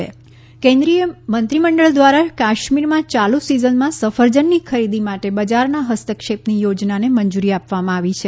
cabinet જે and કે કેન્દ્રિય મંત્રીમંડળ દ્વારા કાશ્મીરમાં ચાલુ સીઝનમાં સફરજનની ખરીદી માટે બજારના હસ્તક્ષેપની યોજનાને મંજૂરી આપવામાં આવી છે